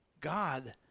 God